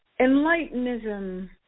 Enlightenism